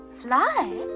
fly?